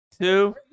two